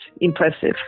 impressive